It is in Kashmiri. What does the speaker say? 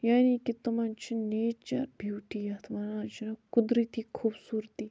یعنی کہِ تِمَن چھِ نیچَر بیٛوٹی یَتھ وَنان چھِ قُدرٔتی خوٗبصوٗرتی